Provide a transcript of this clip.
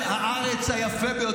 כשלירי אלבג נחטפה,